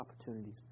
opportunities